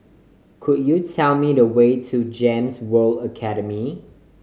could you tell me the way to GEMS World Academy